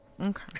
Okay